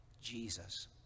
Jesus